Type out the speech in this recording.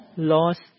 Lost